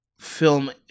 film